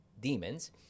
demons